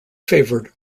favored